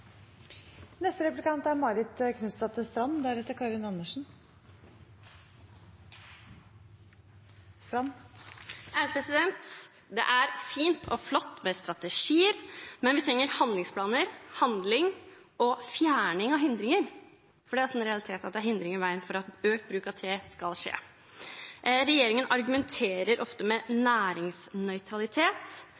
Det er fint og flott med strategier, men vi trenger handlingsplaner, handling og fjerning av hindringer, for det er en realitet at det er hindringer i veien for at økt bruk av tre skal skje. Regjeringen argumenterer ofte med